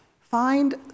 find